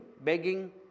begging